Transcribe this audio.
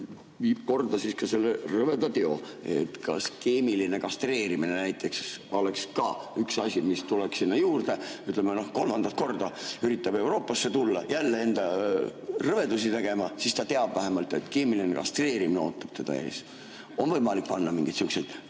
saadab korda ka selle rõveda teo, kas keemiline kastreerimine näiteks oleks üks asi, mis tuleks sinna juurde? Ütleme, kolmandat korda üritab Euroopasse tulla jälle enda rõvedusi tegema. Siis ta teab vähemalt, et keemiline kastreerimine ootab teda ees. Kas on võimalik panna mingeid